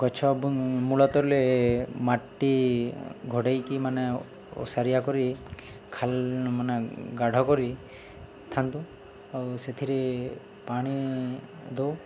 ଗଛ ମୂଳରେ ମାଟି ଘୋଡ଼େଇକି ମାନେ ଓସାରିଆ କରି ଖାଲ ମାନେ ଗାଢ଼ କରିଥାନ୍ତୁ ଆଉ ସେଥିରେ ପାଣି ଦେଉ